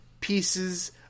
pieces